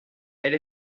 elle